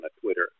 Twitter